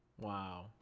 Wow